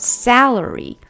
（salary）